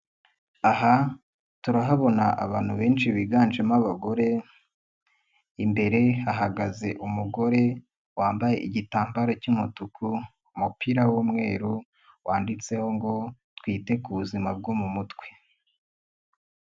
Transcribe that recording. Aha, turahabona abantu benshi biganjemo abagore. Imbere hahagaze umugore, wambaye igitambaro cy'umutuku, umupira w'umweru, wanditseho ngo, twite ku buzima bwo mu mutwe.